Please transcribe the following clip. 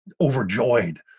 overjoyed